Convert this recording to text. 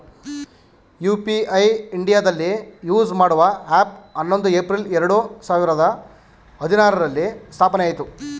UPI ಇಂಡಿಯಾದಲ್ಲಿ use ಮಾಡುವ app ಹನ್ನೊಂದು ಏಪ್ರಿಲ್ ಎರಡು ಸಾವಿರದ ಹದಿನಾರುರಲ್ಲಿ ಸ್ಥಾಪನೆಆಯಿತು